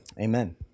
Amen